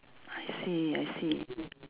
I see I see